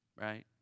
Right